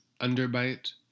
underbite